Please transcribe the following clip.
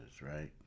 right